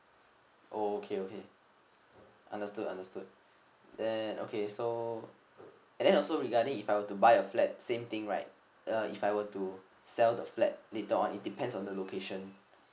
oh okay okay understood understood then okay so and then also regarding if I were to buy a flat same thing right uh if I were to sell the flat later on it depends on the location